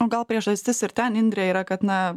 o gal priežastis ir ten indre yra kad na